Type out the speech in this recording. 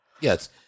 Yes